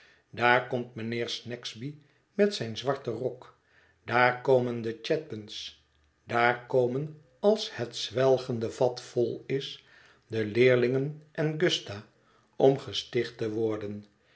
daar komt mijnheer snagsby met zijn zwarten rok daar komen de chadband's daar komen als het zwelgende vat vol is de leerlingen en gusta om gesticht te worden